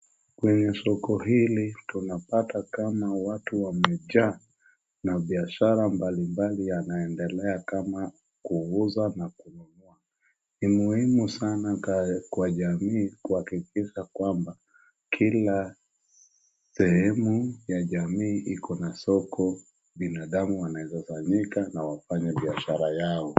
Kwenye soko hili tunapata kama watu wamejaa na biashara mbalimbali yanaendelea kama kuuza na kununua. Ni muhimu sana kwa jamii kuhakikisha kwamba kila sehemu ya jamii iko na soko binadamu wanaweza sanyika na wafanye biashara yao.